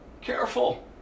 Careful